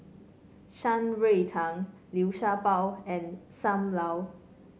Shan Rui Tang Liu Sha Bao and Sam Lau